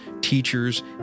teachers